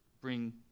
bring